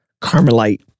Carmelite